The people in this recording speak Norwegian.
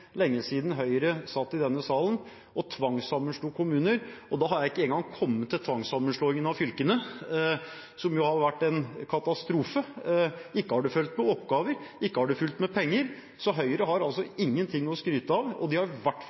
lenge siden Høyre satt i denne salen og tvangssammenslo kommuner – og da har jeg ikke engang kommet til tvangssammenslåingen av fylkene, som har vært en katastrofe. Ikke har det fulgt med oppgaver, ikke har det fulgt med penger. Så Høyre har ingenting å skryte av, og de har